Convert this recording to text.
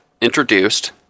introduced